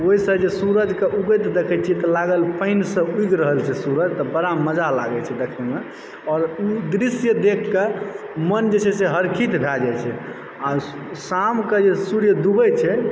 ओहिसँ जे सूरज के उगैत देखय छियै तऽ लागल पानिसँ उगि रहल छै सूरज तऽ बरा मजा लागय छै देखयमे आओर ओ दृश्य देख केमन जे छै से हर्षित भए जाइत छै आ शामक जे सूर्य डूबय छै